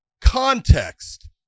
context